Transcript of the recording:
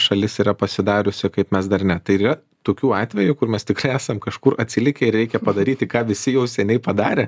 šalis yra pasidariusi kaip mes dar ne tai ir yra tokių atvejų kur mes tiksliai esam kažkur atsilikę ir reikia padaryti ką visi jau seniai padarė